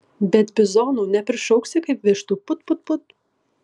bet bizonų neprišauksi kaip vištų put put put